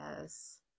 yes